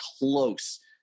close